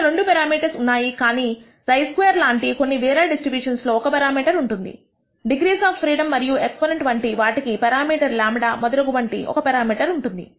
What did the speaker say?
అక్కడ రెండు పెరామీటర్స్ఉన్నాయి కానీ χ స్క్వేర్ లాంటి కొన్ని వేరే డిస్ట్రిబ్యూషన్స్లో ఒక పెరామీటర్ ఉంటుంది డిగ్రీస్ ఆఫ్ ఫ్రీడమ్ మరియు ఎక్స్పొనెంట్ వంటి వాటికి పెరామీటర్ λ మొదలగు వంటి ఒక పెరామీటర్ ఉంటుంది